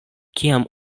kiam